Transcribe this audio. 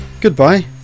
Goodbye